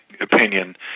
opinion